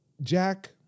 Jack